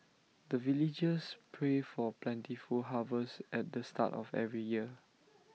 the villagers pray for plentiful harvest at the start of every year